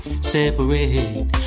separate